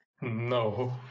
no